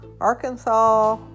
Arkansas